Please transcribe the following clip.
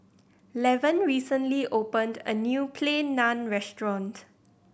Levon recently opened a new Plain Naan Restaurant